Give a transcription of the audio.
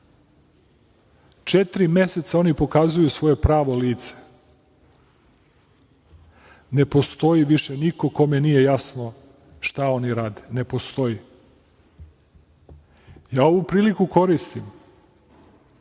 Četiri meseca oni pokazuju svoje pravo lice. Ne postoji više niko kome nije jasno šta oni rade, ne postoji. Ovu priliku koristim